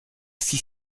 fit